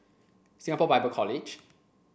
Singapore Bible College